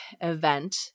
event